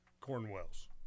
Cornwell's